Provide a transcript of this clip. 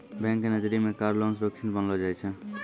bank के नजरी मे कार लोन सुरक्षित मानलो जाय छै